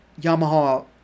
Yamaha